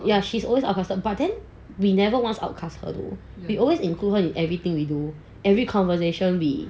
ya she's always the outcasted but then we never once outcast her though we always included her in everything we do every conversation we